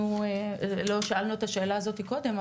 לא שאלנו את השאלה הזאת קודם,